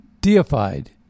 deified